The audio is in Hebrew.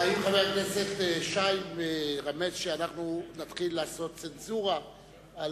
האם חבר הכנסת שי מרמז שאנחנו נתחיל לעשות צנזורה?